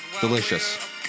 Delicious